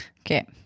Okay